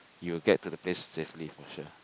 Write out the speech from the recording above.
you will get to the place safely in future